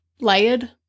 Layered